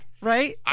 right